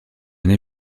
n’ai